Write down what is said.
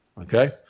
Okay